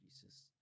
Jesus